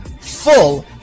full